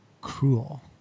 Cruel